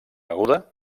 aguda